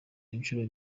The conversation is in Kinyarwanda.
inshuro